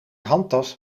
handtas